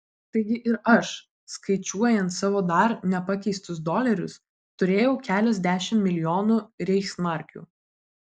taigi ir aš skaičiuojant savo dar nepakeistus dolerius turėjau keliasdešimt milijonų reichsmarkių